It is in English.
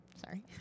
Sorry